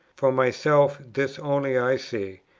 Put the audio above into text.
for myself, this only i see,